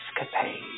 escapade